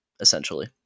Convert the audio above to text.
essentially